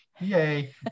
Yay